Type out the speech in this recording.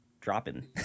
dropping